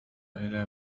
إلى